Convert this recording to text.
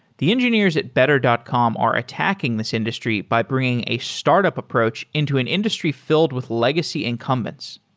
the engineers at better dot com are attacking this industry by bringing a startup approach into an industry filled with legacy incumbents.